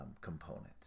components